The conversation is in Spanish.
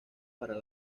para